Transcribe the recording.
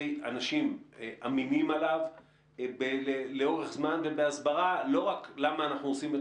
אנשים אמינים עליו לאורך זמן ובהסברה לא רק למה אנחנו עושים את